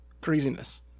craziness